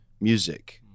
music